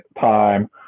time